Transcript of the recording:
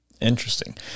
Interesting